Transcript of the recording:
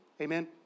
Amen